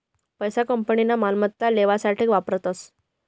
पैसा कंपनीना मालमत्ता लेवासाठे वापरतस